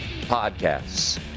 podcasts